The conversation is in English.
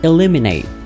Eliminate